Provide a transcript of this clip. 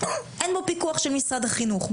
אין בו פיקוח של משרד החינוך.